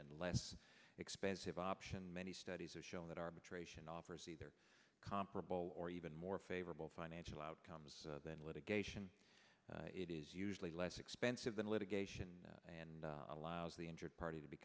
and less expensive option many studies have shown that arbitration offers either comparable or even more favorable financial outcomes than litigation it is usually less expensive than litigation and allows the injured party to be